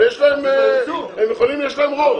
יש להם רוב.